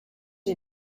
you